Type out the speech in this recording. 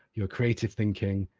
your creative thinking,